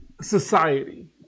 society